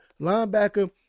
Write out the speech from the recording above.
Linebacker